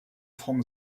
frank